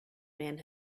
man